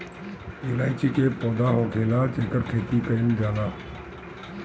इलायची के पौधा होखेला जेकर खेती कईल जाला